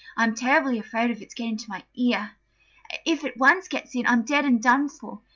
i'm terribly afraid of its getting into my ear if it once gets in, i'm dead and done for.